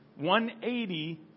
180